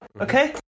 Okay